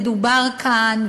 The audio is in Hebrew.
מדובר כאן,